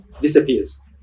disappears